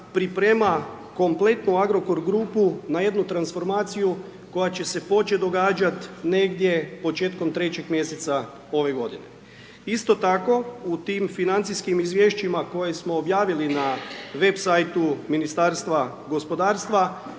priprema kompletnu Agrokor grupu na jednu transformaciju, koja će se početi događati negdje početkom 3. mj. ove g. Isto tako, u tim financijskim izvješćima koje smo objavili na web sajtu Ministarstva gospodarstva,